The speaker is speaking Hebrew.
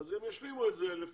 אז הם ישלימו את זה לפי,